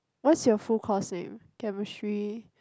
what's your full course name chemistry